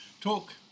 talk